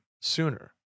sooner